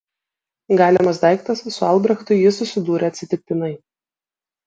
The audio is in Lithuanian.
galimas daiktas su albrechtu ji susidūrė atsitiktinai